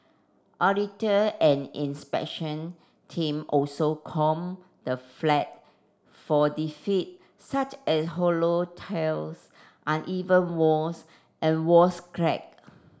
auditor and inspection team also comb the flat for defect such as hollow tiles uneven walls and walls crack